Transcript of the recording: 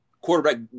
quarterback